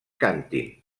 cantin